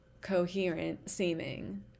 coherent-seeming